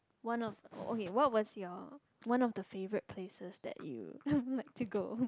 one of okay what was your one of the favourite places that you like to go